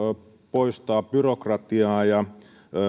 poistaa byrokratiaa ja